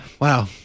wow